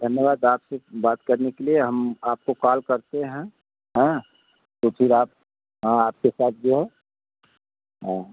धन्यवाद आपसे बात करने के लिए हम आपको काल करते हैं हाँ तो फिर आप हाँ आप के साथ जो है हाँ